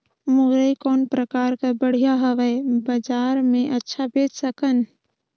मुरई कौन प्रकार कर बढ़िया हवय? बजार मे अच्छा बेच सकन